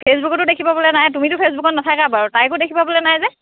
ফেচবুকটো দেখি পাবলৈ নাই তুমিতো ফেচবুকত নাথাকাই বাৰু তাইকো দেখি পাবলৈ নাই যে